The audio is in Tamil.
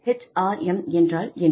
HRM என்றால் என்ன